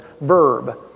verb